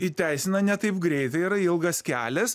įteisina ne taip greitai yra ilgas kelias